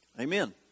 Amen